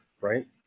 right